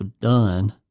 done